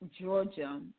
Georgia